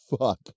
fuck